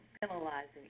penalizing